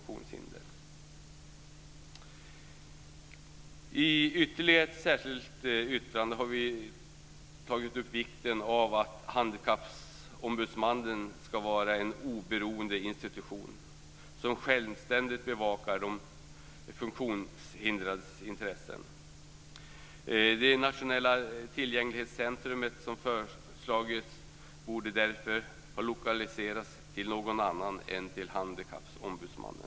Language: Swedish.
I ytterligare ett särskilt yttrande har vi tagit upp vikten av att Handikappombudsmannen ska vara en oberoende institution som självständigt bevakar de funktionshindrades intressen. Det nationella tillgänglighetscentrum som föreslagits borde därför ha lokaliserats till någon annan än till Handikappombudsmannen.